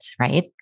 right